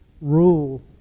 rule